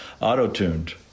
auto-tuned